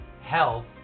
health